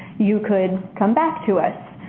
you could come back to us.